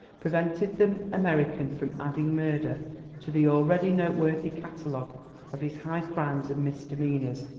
prevented the american from adding murder to the already noteworthy catalogue of his high crimes and misdemeanors.